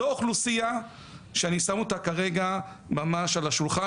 זו אוכלוסייה שאני שם אותה כרגע ממש על השולחן,